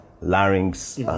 larynx